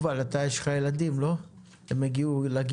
יובל, אתה יש לך ילדים לא?